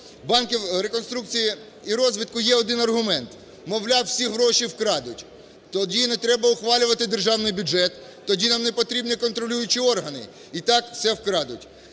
Банку реконструкції і розвитку є один аргумент, мовляв, всі гроші вкрадуть. Тоді не треба ухвалювати державний бюджет, тоді нам не потрібні контролюючі органи і так все вкрадуть.